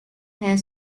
her